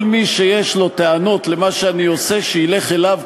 כל מי שיש לו טענות על מה שאני עושה שילך אליו,